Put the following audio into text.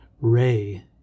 Ray